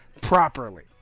properly